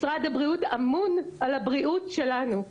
משרד הבריאות אמון על הבריאות שלנו,